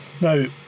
Now